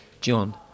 John